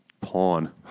pawn